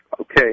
Okay